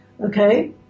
Okay